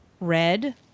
red